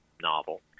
novel